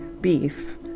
beef